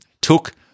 took